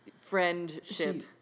Friendship